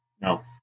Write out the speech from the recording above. No